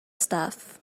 stuff